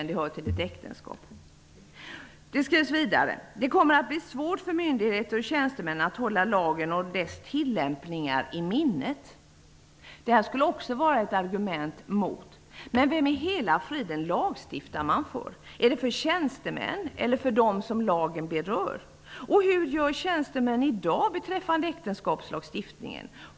Lagrådet säger vidare: Det kommer att bli svårt för myndigheter och tjänstemän att hålla lagen och dess tillämpningar i minnet. Detta skulle också vara ett argument mot partnerskapslagen. Men vem i hela friden lagstiftar man för? Är det för tjänstemän eller för dem som lagen berör? Och hur gör tjänstemän i dag beträffande äktenskapslagstiftningen?